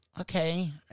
okay